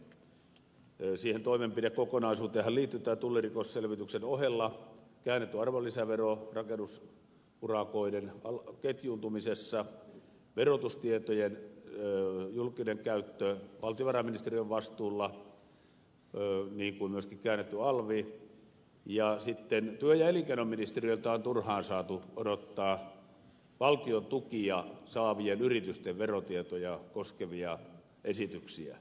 siihen toimenpidekokonaisuuteenhan liittyi tämän tullirikosselvityksen ohella käännetty arvonlisävero rakennusurakoiden ketjuuntumisessa verotustietojen julkinen käyttö valtiovarainministeriön vastuulla niin kuin myöskin käännetty alvi ja sitten työ ja elinkeinoministeriöltä on turhaan saatu odottaa valtion tukia saavien yritysten verotietoja koskevia esityksiä